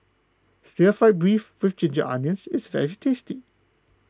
Stir Fried Beef with Ginger Onions is very tasty